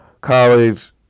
college